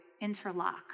interlock